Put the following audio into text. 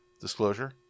disclosure